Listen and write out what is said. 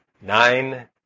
nine